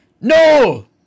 No